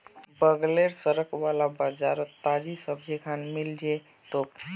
बगलेर सड़क वाला बाजारोत ताजी सब्जिखान मिल जै तोक